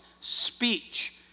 speech